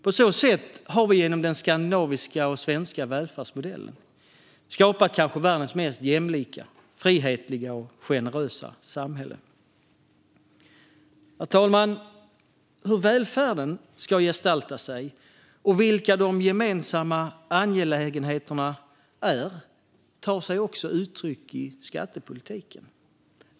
På så sätt har vi genom den skandinaviska och svenska välfärdsmodellen skapat världens kanske mest jämlika, frihetliga och generösa samhälle. Herr talman! Hur välfärden ska gestalta sig och vilka de gemensamma angelägenheterna är tar sig också uttryck i skattepolitiken.